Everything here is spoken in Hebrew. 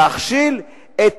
להכשיל את